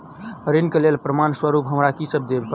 ऋण केँ लेल प्रमाण स्वरूप हमरा की सब देब पड़तय?